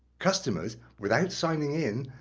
customers, without signing in,